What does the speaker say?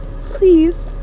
Please